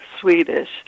Swedish